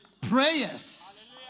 prayers